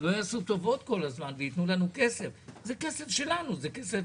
לנו טובות ויתנו כסף שלנו, כסף